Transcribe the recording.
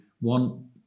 one